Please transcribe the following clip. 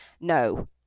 No